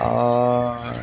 اور